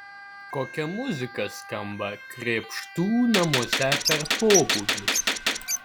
kokia muzika skamba krėpštų namuose per pobūvius